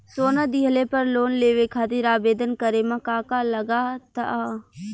सोना दिहले पर लोन लेवे खातिर आवेदन करे म का का लगा तऽ?